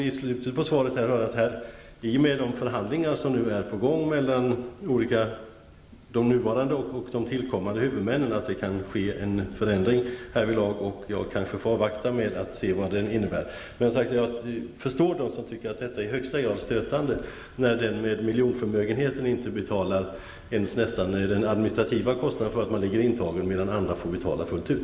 I slutet av svaret säger statsrådet att i och med de förhandlingar som är på gång mellan de nuvarande och de tillträdande huvudmännen kan det ske en förändring härvidlag. Jag kanske får avvakta och se vad den innebär. Men jag förstår dem som tycker att det i högsta grad är stötande när en person med miljonförmögenhet knappt betalar den administrativa kostnader för att ligga intagen, medan andra får betala fullt ut.